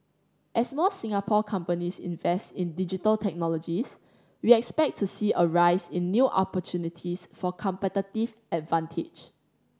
as more Singapore companies invest in Digital Technologies we expect to see a rise in new opportunities for competitive advantage